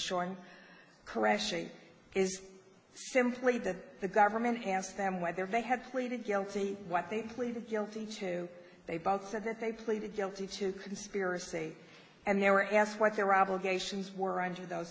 showing a correction is simply that the government asked them whether they had pleaded guilty what they pleaded guilty to they both said that they pleaded guilty to conspiracy and they were asked what their obligations were under those